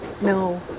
No